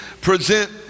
present